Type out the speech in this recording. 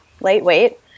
lightweight